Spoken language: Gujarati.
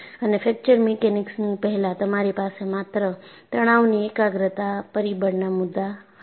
અને ફ્રેક્ચર મિકેનિક્સની પહેલાં તમારી પાસે માત્ર તનાવની એકાગ્રતા પરિબળના મુદ્દા હતા